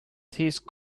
these